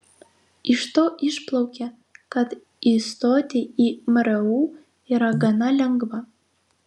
iš to išplaukia kad įstoti į mru yra gana lengva